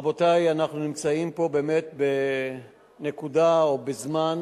רבותי, אנחנו נמצאים פה באמת בנקודה או בזמן